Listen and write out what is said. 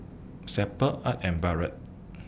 Sable Art and Barrett